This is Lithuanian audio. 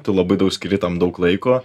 tu labai daug skiri tam daug laiko